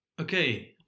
Okay